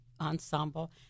ensemble